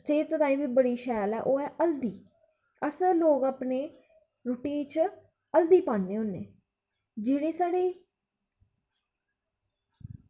सेहत ताहीं बी बड़ी शैल ओह् ऐ हल्दी अस लोग अपनी रुट्टी च हल्दी पाने होन्ने जेह्ड़े साढ़े